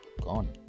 gone